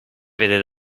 vede